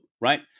right